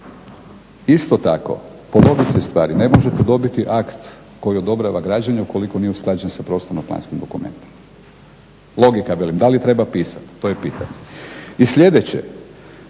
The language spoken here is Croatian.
Isto tako, po logici stvari, ne možete dobiti akt koji odobrava građenje ukoliko nije usklađen sa prostorno planskim dokumentom. Logika, velim. Da li treba pisati, to je pitanje? I sljedeće,